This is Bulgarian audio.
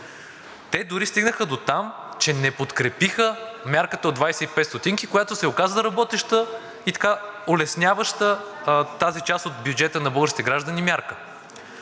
Те дори стигнаха дотам, че не подкрепиха мярката от 25 стотинки, която се оказа работеща и улесняваща тази част от бюджета на българските граждани мярка.